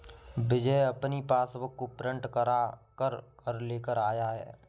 विजय अपनी पासबुक को प्रिंट करा कर घर लेकर आया है